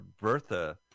Bertha